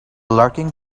lurking